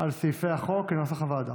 על סעיפי החוק כנוסח הוועדה.